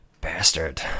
Bastard